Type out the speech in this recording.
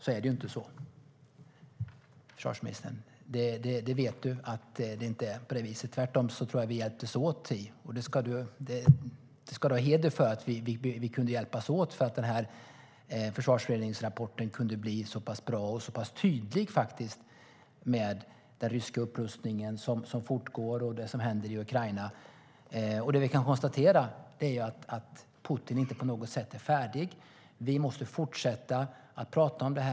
Så är det inte, och det vet försvarsministern. Putin är inte på något sätt färdig, och vi måste fortsätta tala om detta.